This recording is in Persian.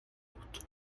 بود